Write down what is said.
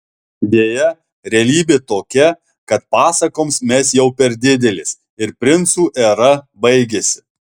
deja realybė tokia kad pasakoms mes jau per didelės ir princų era baigėsi